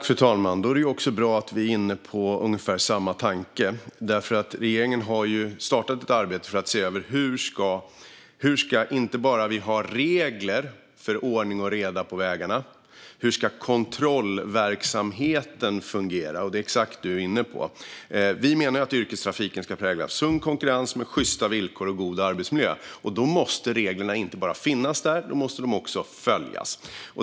Fru talman! Det är bra att vi är inne på ungefär samma tanke. Regeringen har startat ett arbete för att se över hur vi inte bara ska ha regler för ordning och reda på vägarna utan också hur kontrollverksamheten ska fungera, vilket är exakt det Thomas Morell är inne på. Vi menar att yrkestrafiken ska präglas av sund konkurrens med sjysta villkor och god arbetsmiljö. Då måste reglerna inte bara finnas där utan också följas.